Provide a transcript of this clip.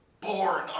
born